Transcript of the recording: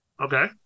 okay